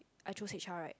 I choose h_r right